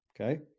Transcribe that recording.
Okay